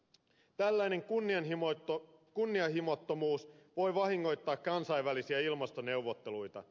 tällainen kunnianhimottomuus voi vahingoittaa kansainvälisiä ilmastoneuvotteluita